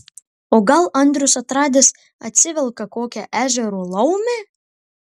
o gal andrius atradęs atsivelka kokią ežero laumę